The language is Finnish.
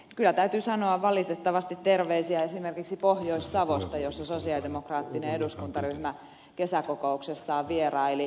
kyllä täytyy sanoa valitettavasti terveisiä esimerkiksi pohjois savosta jossa sosialidemokraattinen eduskuntaryhmä kesäkokouksessaan vieraili